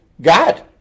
God